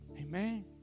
amen